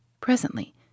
Presently